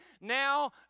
Now